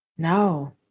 No